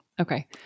Okay